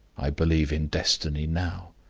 i believe in destiny now.